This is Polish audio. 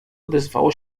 odezwało